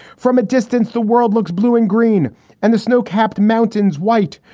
from a distance, the world looks blue and green and the snow capped mountains white.